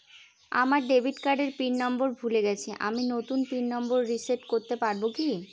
আমার ডেবিট কার্ডের pin number ভুলে গেছি আমি নূতন পিন নম্বর রিসেট করতে পারবো কি?